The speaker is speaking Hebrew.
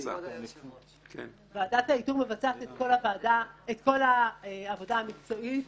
-- ועדת האיתור מבצעת את כל העבודה המקצועית